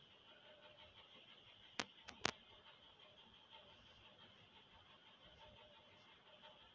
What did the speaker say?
దేశీయ పందులను పశువులుగా పెంచడం పశుసంవర్ధక శాఖ కిందికి వస్తుంది